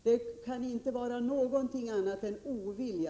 Det kan inte handla om något annat än ovilja.